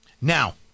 Now